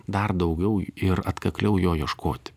dar daugiau ir atkakliau jo ieškoti